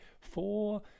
four